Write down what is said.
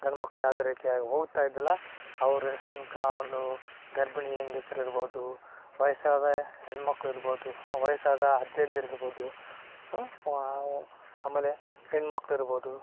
ಗಂಡ್ಮಕ್ಳು ಯಾವುದೇ ರೀತಿಯಾಗಿ ಹೋಗ್ತಾ ಇದ್ದಿಲ್ಲ ಅವರು ಎಷ್ಟನ್ಕ ಒಂದು ಗರ್ಭಿಣಿ ಹೆಂಗಸ್ರ್ ಇರ್ಬೋದು ವಯಸ್ಸಾದ ಹೆಣ್ಣುಮಕ್ಳು ಇರ್ಬೋದು ವಯಸ್ಸಾದ ಅಜ್ಜಂದಿರು ಇರ್ಬೋದು ಆಮೇಲೆ ಹೆಣ್ಮಕ್ಳು ಇರ್ಬೋದು